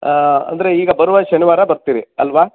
ಅಂದರೆ ಈಗ ಬರುವ ಶನಿವಾರ ಬರ್ತೀರಿ ಅಲ್ವಾ